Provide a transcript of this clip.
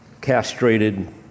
castrated